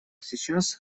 сейчас